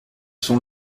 sont